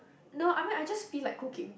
no I mean I just feel like cooking